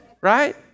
Right